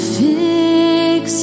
fix